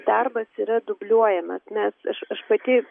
darbas yra dubliuojamas nes aš aš pati